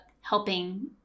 helping